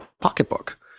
pocketbook